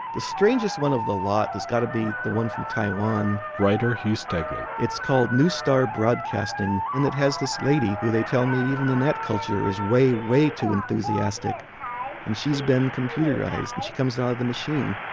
the strangest one of the lot has got to be the one from taiwan writer hugh stegman. it is called new star broadcasting and it has this lady, who they tell me even in that culture is way, way too enthusiastic and she has been computerized and she comes out of the machine.